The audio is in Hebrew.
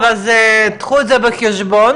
זה לא צריך לבוא על חשבון